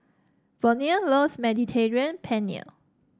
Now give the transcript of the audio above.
Verne loves Mediterranean Penne